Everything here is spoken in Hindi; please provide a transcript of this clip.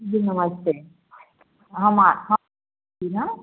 जी नमस्ते हाँ मा हम ही हाँ